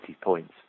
points